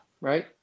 right